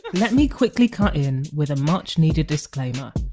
let me quickly cut in with a much needed disclaimer.